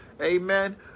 Amen